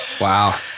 Wow